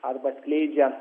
arba skleidžia